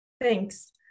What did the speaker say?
thanks